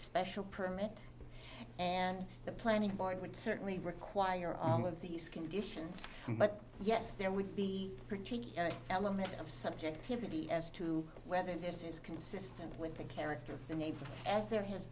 special permit and the planning board would certainly require all of these conditions but yes there would be a particular element of subjectivity as to whether this is consistent with the character of the neighbor as there has